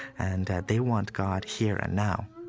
and they want god here and now.